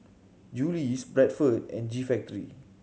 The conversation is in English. Julie's Bradford and G Factory